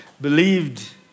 believed